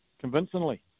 convincingly